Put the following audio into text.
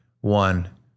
one